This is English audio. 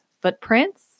footprints